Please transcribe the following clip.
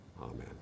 Amen